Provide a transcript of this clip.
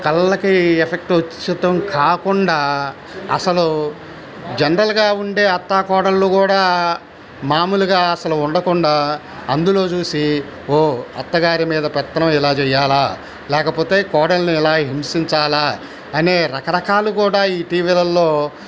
కళ్ళకి ఎఫెక్ట్ వచ్చటం కాకుండా అసలు జన్రల్గా ఉండే అత్త కోడళ్ళు కూడా మామూలుగా అసలు ఉండకుండా అందులో చూసి ఓ అత్తగారు మీద పెత్తనం ఇలా చేయాలా లేకపోతే కోడల్ని ఇలా హింసించాలా అనే రకరకాలు కూడా ఈ టివీలల్లో